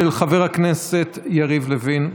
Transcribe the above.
של חבר הכנסת יריב לוין.